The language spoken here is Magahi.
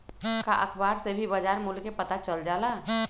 का अखबार से भी बजार मूल्य के पता चल जाला?